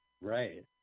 Right